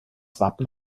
wappen